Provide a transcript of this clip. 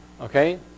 Okay